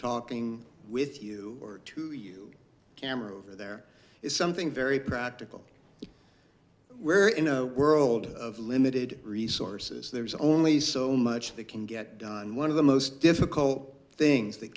talking with you or to you camera or there is something very practical we're in a world of limited resources there's only so much that can get done one of the most difficult things th